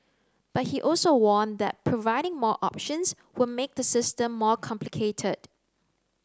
but he also warned that providing more options would make the system more complicated